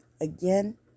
again